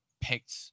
picked